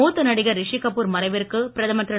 மூத்த நடிகர் ரிஷி கபூர் மறைவிற்கு பிரதமர் திரு